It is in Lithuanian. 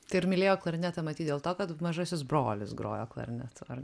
tai ir mylėjo klarnetą matyt dėl to kad mažasis brolis grojo klarnetu ar